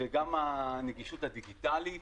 וגם הנגישות הדיגיטלית.